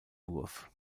wurf